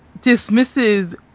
dismisses